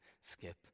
skip